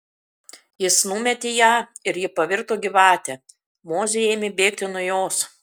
jis numetė ją ir ji pavirto gyvate mozė ėmė bėgti nuo jos